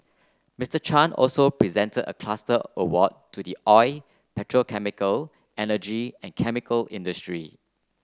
Mister Chan also presented a cluster award to the oil petrochemical energy and chemical industry